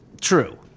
True